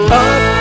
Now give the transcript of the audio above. up